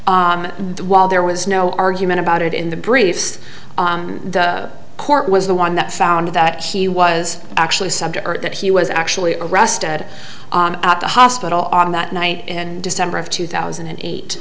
and while there was no argument about it in the briefs court was the one that found that she was actually subject that he was actually arrested at the hospital on that night and december of two thousand and eight